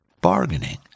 bargaining